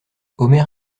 omer